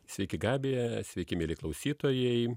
sveiki gabija sveiki mieli klausytojai